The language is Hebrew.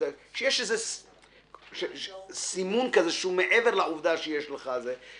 שיהיה איזה סימון שהוא מעבר לעובדה שיש לך תג נכה,